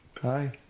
Hi